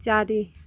ଚାରି